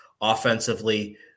Offensively